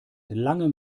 langem